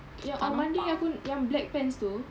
ya on monday aku yang black pants tu